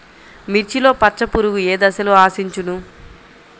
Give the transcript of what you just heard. మిర్చిలో పచ్చ పురుగు ఏ దశలో ఆశించును?